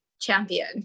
champion